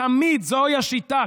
תמיד זוהי השיטה,